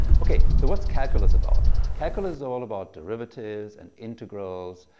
ok, so what's calculus about? calculus is all about derivatives and integrals.